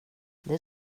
det